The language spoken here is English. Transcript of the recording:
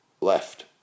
...left